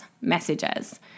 messages